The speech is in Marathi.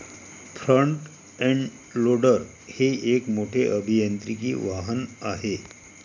फ्रंट एंड लोडर हे एक मोठे अभियांत्रिकी वाहन आहे